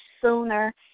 sooner